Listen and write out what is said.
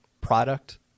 product